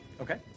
Okay